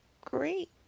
great